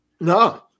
No